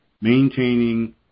Maintaining